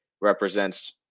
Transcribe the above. represents